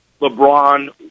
LeBron